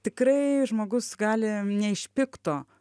tikrai žmogus gali ne iš pikto